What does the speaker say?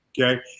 okay